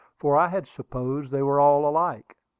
for i had supposed they were all alike.